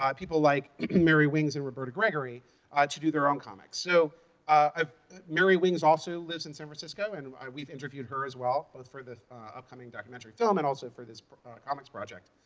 um people like mary wings and roberta gregory ah to do their own comics. so ah mary wings also lives in san francisco, and we've interviewed her as well, both for the upcoming documentary film and also for this queer comics project,